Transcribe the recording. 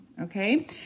okay